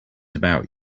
about